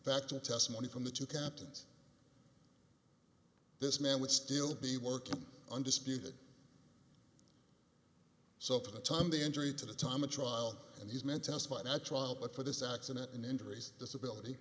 fact of testimony from the two captains this man would still be working undisputed so for the time of the injury to the time of trial and these men testified at trial but for this accident and injuries disability